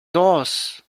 dos